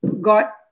got